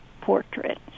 portrait